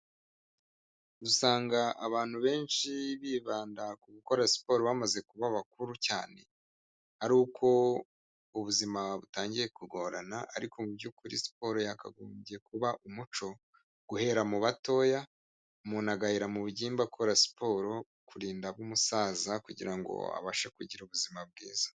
Usanga abantu benshi bibanda ku gukora siporo bamaze kuba bakuru cyane, aruko ubuzima butangiye kugorana, ariko mu by'ukuri siporo yakagombye kuba umuco, guhera mu batoya, umuntu agahera mu bugimbi akora siporo kurinda aba umusaza, kugira ngo abashe kugira ubuzima bwiza.